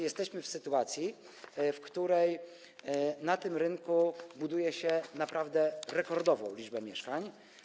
Jesteśmy w sytuacji, w której na rynku buduje się naprawdę rekordową liczbę mieszkań.